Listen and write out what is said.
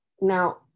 Now